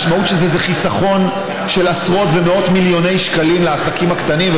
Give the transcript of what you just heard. המשמעות של זה היא חיסכון של עשרות ומאות מיליוני שקלים לעסקים הקטנים,